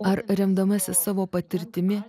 ar remdamasi savo patirtimi